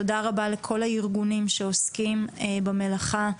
תודה רבה לכל הארגונים שעוסקים במלאכה.